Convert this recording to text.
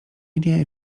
nie